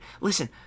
listen